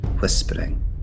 whispering